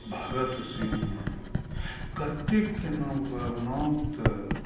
भगत सिंह कतेकके नाम लेब नाम तऽ